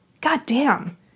goddamn